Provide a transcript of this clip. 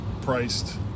priced